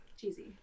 cheesy